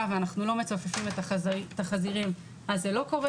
ואנחנו לא מצופפים את החזירים זה לא קורה.